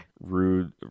rude